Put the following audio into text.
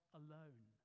alone